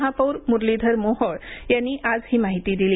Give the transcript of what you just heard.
महापौर मुरलीधर मोहोळ यांनी आज ही माहिती दिली